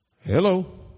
Hello